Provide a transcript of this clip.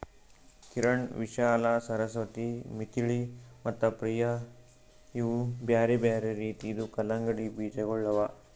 ಕಿರಣ್, ವಿಶಾಲಾ, ಸರಸ್ವತಿ, ಮಿಥಿಳಿ ಮತ್ತ ಪ್ರಿಯ ಇವು ಬ್ಯಾರೆ ಬ್ಯಾರೆ ರೀತಿದು ಕಲಂಗಡಿ ಬೀಜಗೊಳ್ ಅವಾ